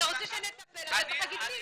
אתה רוצה שנטפל, אתה צריך להגיד מי.